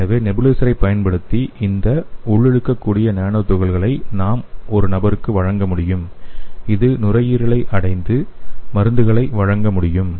எனவே நெபுலைசரைப் பயன்படுத்தி இந்த உள்ளிழுக்கக்கூடிய நானோ துகள்களை நாம் ஒரு நபருக்கு வழங்க முடியும் இது நுரையீரலை அடைந்து மருந்துகளை வழங்க முடியும்